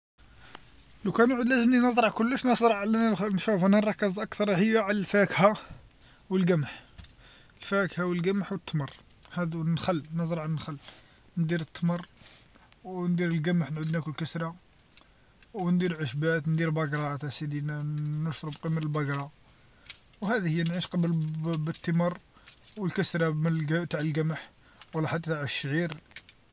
لوكان نعود أني نزرع كلش نزرع شوف أنا نركز أكثر هي على الفاكه و القمح، الفاكه و القمح و التمر، هاذو نخل نزرع النخل ندير التمر و ندير القمح نعود ناكل الكسرا و ندير عشبات ندير بقرات أسيدي ن- نشرب قي مالبقرا و هذي هي نعيش قبل ب- بتمر و الكسرا مالق تاع القمح و حتى تع شعير.